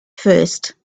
first